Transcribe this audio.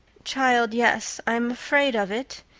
child, yes, i'm afraid of it.